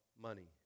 money